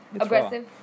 aggressive